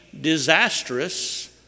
disastrous